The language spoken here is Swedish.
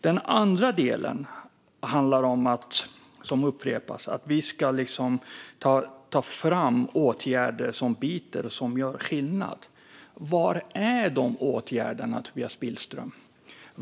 Den andra delen som upprepas handlar om att vi ska ta fram åtgärder som biter och som gör skillnad. Var är de åtgärderna, Tobias Billström?